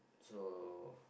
so